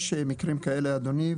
יש מקרים כאלה אדוני,